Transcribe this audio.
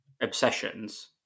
obsessions